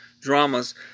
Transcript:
dramas